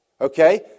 Okay